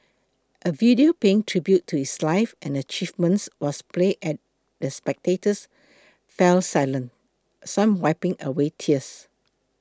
a video paying tribute to his life and achievements was played as the spectators fell silent some wiping away tears